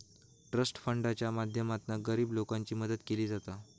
trust फंडाच्या माध्यमातना गरीब लोकांची मदत केली जाता